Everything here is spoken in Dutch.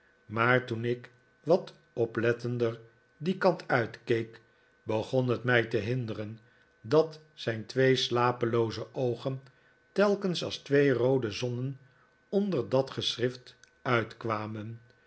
maar toen ik wat oplettender dien kant uitkeek begon het mij te hinderen dat zijn twee slapelooze oogen telkens als twee roode zonnen onder dat geschrift uitkwamen